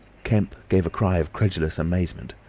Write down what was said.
kemp gave a cry of incredulous amazement.